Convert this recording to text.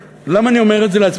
למה אני אומר את זה?